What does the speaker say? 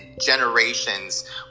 generations